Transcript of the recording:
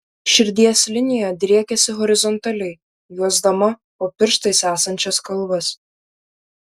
širdies linija driekiasi horizontaliai juosdama po pirštais esančias kalvas